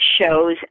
shows